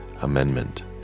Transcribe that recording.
Amendment